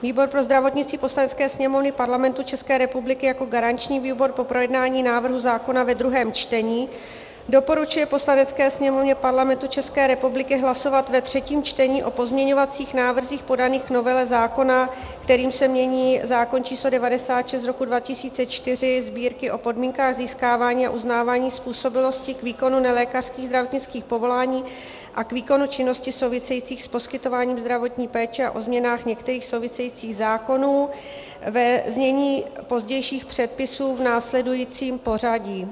Výbor pro zdravotnictví Poslanecké sněmovny Parlamentu České republiky jako garanční výbor po projednání návrhu zákona ve druhém čtení doporučuje Poslanecké sněmovně Parlamentu České republiky hlasovat ve třetím čtení o pozměňovacích návrzích podaných k novele zákona, kterým se mění zákon č. 96/1994 Sb., o podmínkách získávání a uznávání způsobilosti k výkonu nelékařských zdravotnických povolání a k výkonu činností souvisejících s poskytování zdravotní péče a o změnách některých souvisejících zákonů, ve znění pozdějších předpisů, v následujícím pořadí.